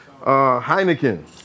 Heineken